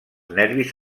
nervis